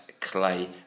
Clay